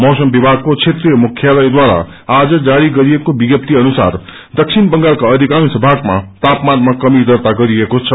मौसम विभागको क्षेत्रिय मुख्यालयद्वारा आ जजारी गरिएको विकप्ति अनुसार दक्षिण बंगालका अधिकांश भागमा तापामानामा कमी दार्ता गरिएको छ